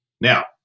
Now